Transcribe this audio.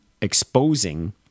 exposing